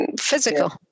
Physical